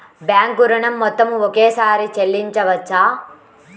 Bank ఋణం మొత్తము ఒకేసారి చెల్లించవచ్చా?